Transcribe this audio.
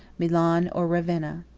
milan or ravenna.